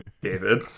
David